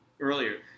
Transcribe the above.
earlier